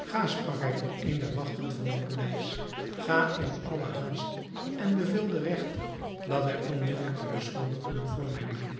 ga sprak hij tot een der wachten van het paleis ga in alle haast en beveel den regter dat hij onmiddelijk de beschuldigden voor mij brenge